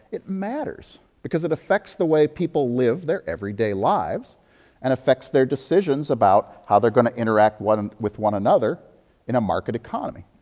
it matters, because it affects the way people live their everyday lives and affects their decisions about how they're going to interact one with one another in a market economy.